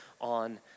on